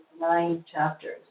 nine-chapters